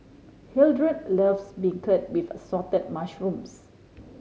Hildred loves beancurd with Assorted Mushrooms